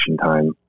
time